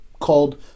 called